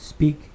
Speak